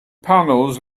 panels